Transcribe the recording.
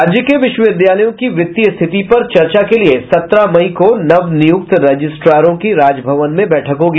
राज्य के विश्वविद्यालयों की वित्तीय स्थिति पर चर्चा के लिये सत्रह मई को नवनियुक्त रजिस्ट्रारों की राजभवन में बैठक होगी